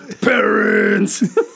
parents